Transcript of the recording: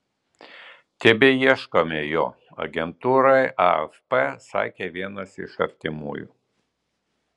tebeieškome jo agentūrai afp sakė vienas iš artimųjų